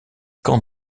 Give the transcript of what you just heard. camp